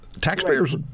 Taxpayers